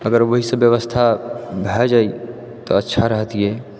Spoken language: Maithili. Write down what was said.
अगर ओहिसँ व्यवस्था भए जाइ तऽ अच्छा रहतियै